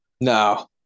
No